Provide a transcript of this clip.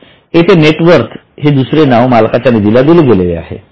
येथे net worth हे दुसरे नाव मालकाच्या निधीला दिले गेलेले आहे